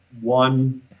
one